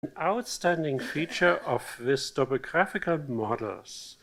Outstanding feature of this topographical models